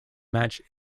match